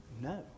no